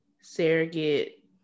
surrogate